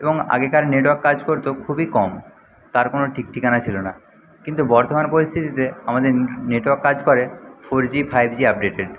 এবং আগেকার নেটওয়ার্ক কাজ করতো খুবই কম তার কোন ঠিকঠিকানা ছিল না কিন্তু বর্তমান পরিস্থিতিতে আমাদের নেটওয়ার্ক কাজ করে ফোরজি ফাইভজি আপডেটেড